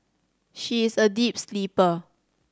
she is a deep sleeper